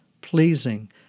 pleasing